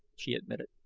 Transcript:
she admitted.